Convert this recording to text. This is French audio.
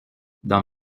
dans